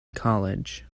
college